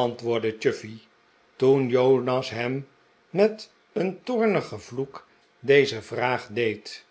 antwoordde chuffey toen jonas hem met een toornigen vloek deze vraag deed